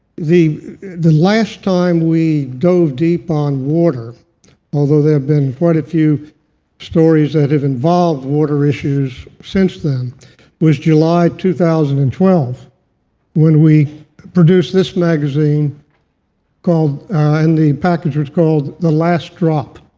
the the last time we dove deep on water although been quite a few stories that have involved water issues since then was july two thousand and twelve when we produced this magazine called and the package was called the last drop.